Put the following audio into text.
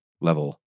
level